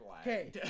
Okay